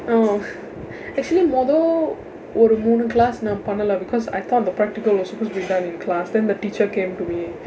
oh actually முதல் ஒரு மூன்று:muthal oru muunru class நான் பண்ணலை:naan pannalai because I thought the practical was supposed to be done in class than the teacher came to me